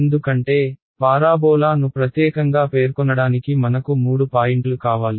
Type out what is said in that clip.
ఎందుకంటే పారాబోలా ను ప్రత్యేకంగా పేర్కొనడానికి మనకు మూడు పాయింట్లు కావాలి